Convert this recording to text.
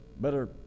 better